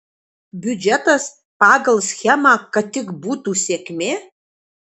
biudžetas pagal schemą kad tik būtų sėkmė